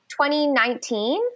2019